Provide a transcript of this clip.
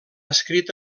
escrit